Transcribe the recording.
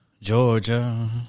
Georgia